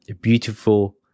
beautiful